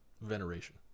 Veneration